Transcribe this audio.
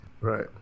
Right